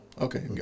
Okay